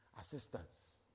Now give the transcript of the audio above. assistance